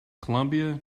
colombia